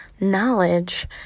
knowledge